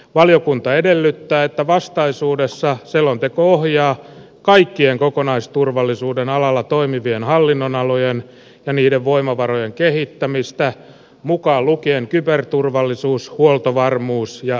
valiokunta edellyttää että vastaisuudessa selonteko ohjaa kaikkien kokonaisturvallisuuden alalla toimivien hallinnonalojen ja niiden voimavarojen kehittämistä mukaan lukien kyberturvallisuus huoltovarmuus ja energiaturvallisuus